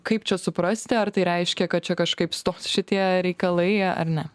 kaip čia suprasti ar tai reiškia kad čia kažkaip stos šitie reikalai ar ne